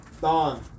Don